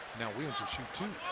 now williams will shoot two.